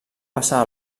passar